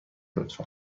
لطفا